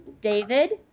David